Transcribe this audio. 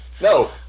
No